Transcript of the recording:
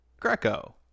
Greco